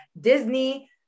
Disney